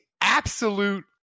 absolute